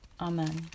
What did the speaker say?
Amen